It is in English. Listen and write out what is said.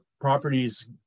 properties